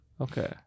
Okay